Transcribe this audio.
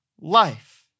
life